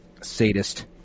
sadist